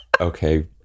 Okay